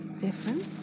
Difference